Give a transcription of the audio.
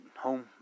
home